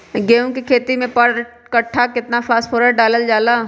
गेंहू के खेती में पर कट्ठा केतना फास्फोरस डाले जाला?